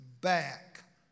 back